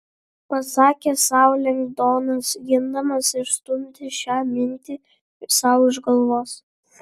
pasakė sau lengdonas gindamas išstumti šią mintį sau iš galvos